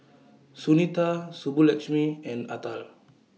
Sunita Subbulakshmi and Atal